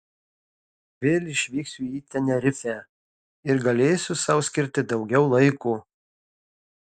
vėl išvyksiu į tenerifę ir galėsiu sau skirti daugiau laiko